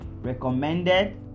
recommended